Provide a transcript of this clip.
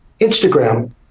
Instagram